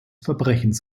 verbrechens